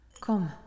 Come